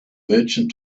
merchant